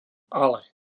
ale